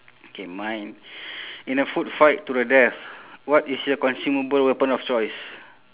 okay mine in a food fight to the death what is your consumable weapon of choice